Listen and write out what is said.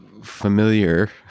familiar